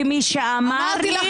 ומי שאמר לי,